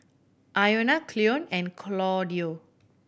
Iona Cleon and Claudio